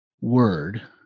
word